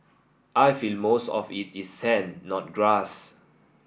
I feel most of it is sand not grass